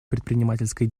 предпринимательской